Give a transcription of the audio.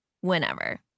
whenever